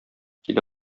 килә